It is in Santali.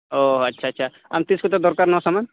ᱚ ᱟᱪᱪᱷᱟ ᱪᱷᱟ ᱟᱢ ᱛᱤᱥ ᱠᱚᱛᱮ ᱫᱚᱨᱠᱟᱨ ᱱᱚᱣᱟ ᱥᱟᱢᱟᱱ